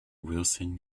wilson